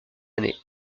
année